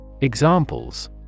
Examples